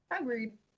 Agreed